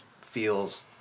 feels